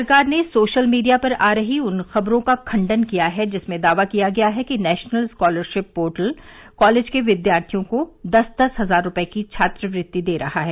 सरकार ने social media पर आ रही उन खबरों का खंडन किया है जिनमें दावा किया गया है कि नेशनल स्कॉलरशिप पोर्टल कॉलेज के विद्यार्थियों को दस दस हजार रूपये की छात्रवृत्ति दे रहा है